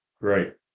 Great